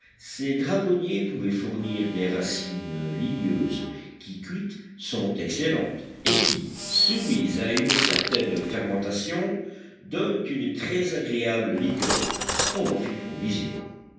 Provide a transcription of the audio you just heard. ces dragonniers pouvaient fournir des racines ligneuses qui cuites sont excellentes et qui soumises à une certaine fermentation donnent une très agréable liqueur on en fit provision